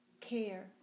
care